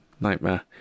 Nightmare